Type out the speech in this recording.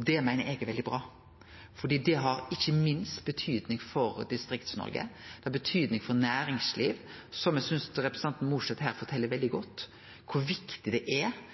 Det meiner eg er veldig bra, for det har ikkje minst betydning for Distrikts-Noreg, og det har betydning for næringsliv. Eg synest representanten Mossleth her fortel veldig godt kor viktig det er